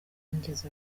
ngeze